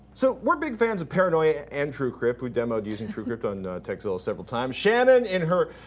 so we're big fans of paranoia and truecrypt. we demoed using truecrypt on tekzilla several times. shannon and her